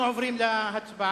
אנחנו עוברים להצבעה,